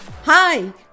Hi